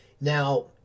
Now